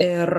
ir